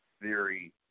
theory